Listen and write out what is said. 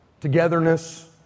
togetherness